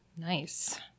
nice